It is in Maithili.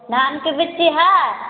धानके बिज्जी हय